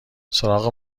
سراغ